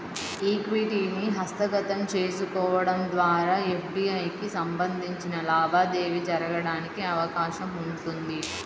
ఈక్విటీని హస్తగతం చేసుకోవడం ద్వారా ఎఫ్డీఐకి సంబంధించిన లావాదేవీ జరగడానికి అవకాశం ఉంటుంది